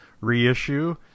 reissue